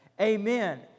Amen